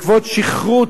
שבעקבות שכרות,